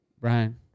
Brian